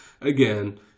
again